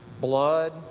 blood